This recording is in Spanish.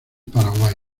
paraguay